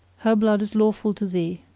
her blood is lawful to thee.